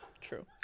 True